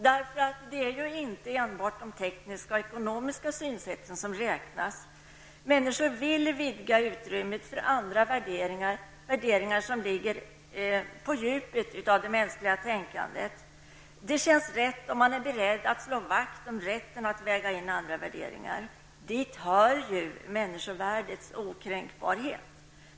Det är inte enbart de tekniska och ekonomiska synsätten som räknas. Människor vill vidga utrymmet för andra värderingar, värderingar som ligger på djupet av det mänskliga tänkandet. Det känns rätt och man är beredd att slå vakt om rätten att väga in andra värderingar. Dit hör ju människovärdets okränkbarhet.